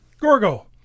Gorgo